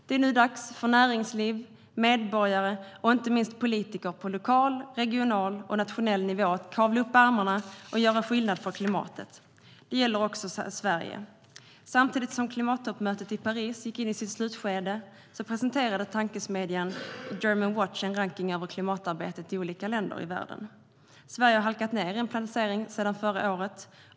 Det är nu dags för näringsliv, medborgare och inte minst politiker på lokal, regional och nationell nivå att kavla upp ärmarna och göra skillnad för klimatet. Det gäller även Sverige. Samtidigt som klimattoppmötet i Paris gick in i sitt slutskede presenterade tankesmedjan Germanwatch en rankning över klimatarbetet i olika länder i världen. Sverige har halkat ned en placering sedan förra året.